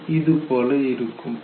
அது இது போல இருக்கும்